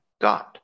God